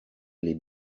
les